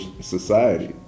society